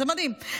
זה מדהים,